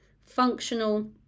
functional